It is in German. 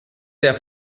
der